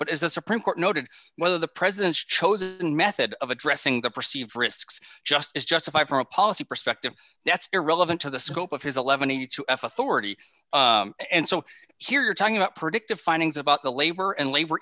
but as the supreme court noted whether the president's chose a method of addressing the perceived risks just is justified from a policy perspective that's irrelevant to the scope of his eleven a to f authority and so here you're talking about predictive findings about the labor and labor